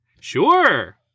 Sure